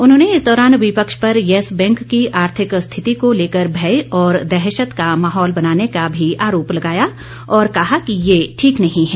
उन्होंने इस दौरान विपक्ष पर येस बैंक की आर्थिक स्थिति को लेकर भय और दहशत का माहौल बनाने का भी आरोप लगाया और कहा कि यह ठीक नहीं है